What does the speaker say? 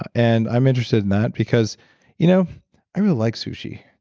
and i'm interested in that, because you know i really like sushi,